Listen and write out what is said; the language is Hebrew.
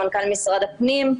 למנכ"ל משרד הפנים,